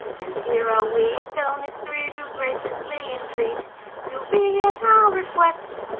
and here are we its owners three who graciously intreat you'll be at our request,